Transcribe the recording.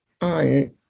on